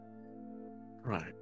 Right